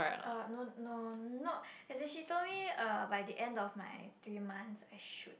uh no no not as in she told me uh by the end of my three months I should